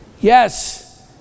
Yes